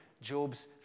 Job's